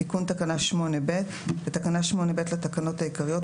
תיקון תקנה 8ב4.בתקנה 8ב לתקנות העיקריות,